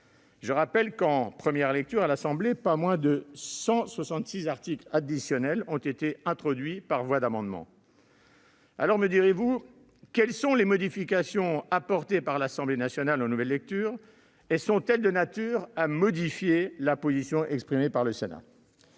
Je rappelle que, en première lecture à l'Assemblée nationale, pas moins de 166 articles additionnels ont été introduits par voie d'amendements. Quelles sont les modifications apportées par l'Assemblée nationale en nouvelle lecture et sont-elles de nature à modifier la position exprimée par le Sénat ?